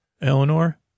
Eleanor